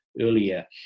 earlier